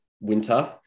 winter